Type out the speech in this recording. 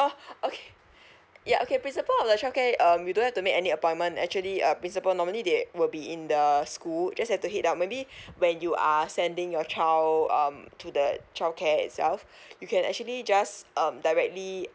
oh okay yeah okay principal of the childcare um you don't have to make any appointment actually uh principle normally they will be in the school just have to head out maybe when you are sending your child so um to the childcare itself you can actually just um directly